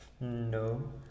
No